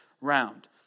round